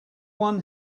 one